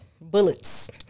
Bullets